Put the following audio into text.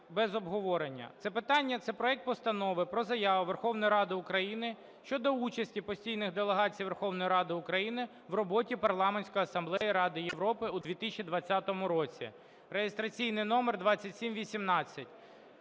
без обговорення. Це питання – це проект Постанови про Заяву Верховної Ради України "Щодо участі Постійної делегації Верховної Ради України в роботі Парламентської Асамблеї Ради Європи у 2020 році" (реєстраційний номер 2718).